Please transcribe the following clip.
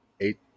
eight